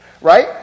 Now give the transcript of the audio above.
Right